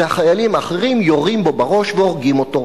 והחיילים האחרים יורים בו בראש והורגים אותו.